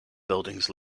buildings